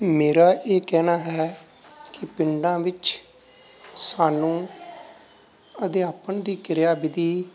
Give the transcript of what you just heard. ਮੇਰਾ ਇਹ ਕਹਿਣਾ ਹੈ ਕਿ ਪਿੰਡਾਂ ਵਿੱਚ ਸਾਨੂੰ ਅਧਿਆਪਣ ਦੀ ਕਿਰਿਆ ਵਿਧੀ